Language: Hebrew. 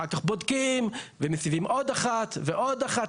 אחר כך בודקים ומסבים עוד אחת ועוד אחת,